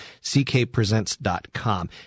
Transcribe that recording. ckpresents.com